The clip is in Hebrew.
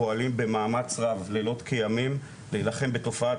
פועלים במאמץ רב לילות כימים להילחם בתופעת